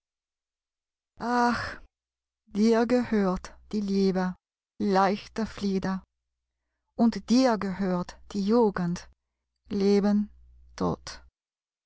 dir gehört die liebe leichter flieder und dir gehört die jugend leben tod